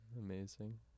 Amazing